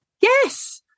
Yes